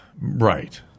Right